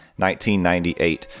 1998